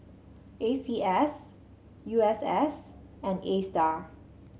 A C S U S S and Astar